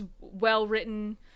well-written